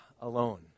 alone